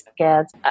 ads